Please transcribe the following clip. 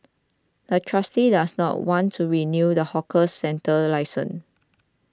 the trustee does not want to renew the hawker centre's license